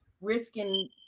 risking